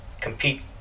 compete